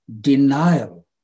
denial